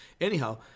Anyhow